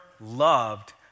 loved